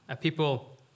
people